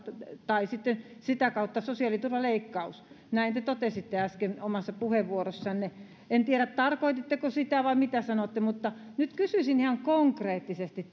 tai sitä kautta sosiaaliturvan leikkaus näin te totesitte äsken omassa puheenvuorossanne en tiedä tarkoititteko sitä vai mitä sanotte mutta nyt kysyisin ihan konkreettisesti